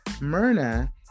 Myrna